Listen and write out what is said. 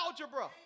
algebra